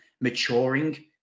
maturing